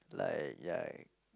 like ya